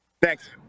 Thanks